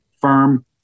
firm